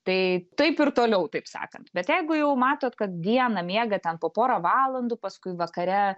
tai taip ir toliau taip sakant bet jeigu jau matot kad dieną miegat ten po porą valandų paskui vakare